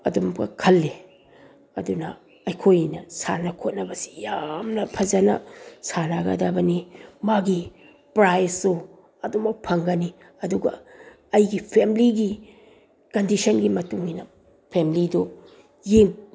ꯑꯗꯨꯝꯕ ꯈꯜꯂꯤ ꯑꯗꯨꯅ ꯑꯩꯈꯣꯏꯅ ꯁꯥꯟꯅ ꯈꯣꯠꯅꯕꯁꯤ ꯌꯥꯝꯅ ꯐꯖꯅ ꯁꯥꯟꯅꯒꯗꯕꯅꯤ ꯃꯥꯒꯤ ꯄ꯭ꯔꯥꯏꯖꯇꯨ ꯑꯗꯨꯝꯃꯛ ꯐꯪꯒꯅꯤ ꯑꯗꯨꯒ ꯑꯩꯒꯤ ꯐꯦꯝꯂꯤꯒꯤ ꯀꯟꯗꯤꯁꯟꯒꯤ ꯃꯇꯨꯡ ꯏꯟꯅ ꯐꯦꯝꯂꯤꯗꯨ